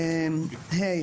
"(ה)